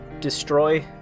destroy